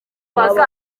kubaka